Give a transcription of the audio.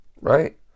right